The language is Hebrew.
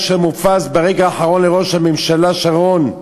של מופז ברגע האחרון לראש הממשלה שרון,